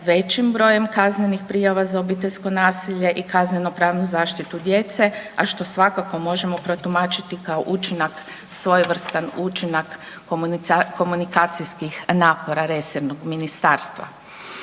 većim brojem kaznenih prijava za obiteljsko nasilje i kaznenopravnu zaštitu djece, a što svakako možemo protumačiti kao učinak, svojevrstan učinak komunikacijskih napora resornog ministarstva.